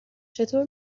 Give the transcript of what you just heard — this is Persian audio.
چطور